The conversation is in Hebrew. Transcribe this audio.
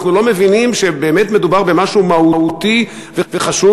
אנחנו לא מבינים שמדובר במשהו מהותי וחשוב.